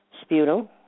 sputum